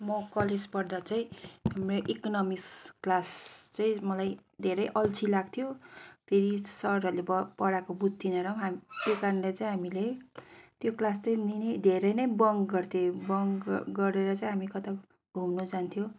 म कलेज पढ्दा चाहिँ मेरो इकोनमिक्स क्लास चाहिँ मलाई धेरै अल्छी लाग्थ्यो फेरि सरहरूले भ पढाएको बुझ्थिएन र पनि हामी त्यो कारणले चै हामीले त्यो क्लास चाहिँ लिने धेरै नै बङ्क गर्थ्यौँ बङ्क गरेर चाहिँ हामी कता घुम्नु जान्थ्यौँ